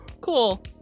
cool